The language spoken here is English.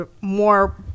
more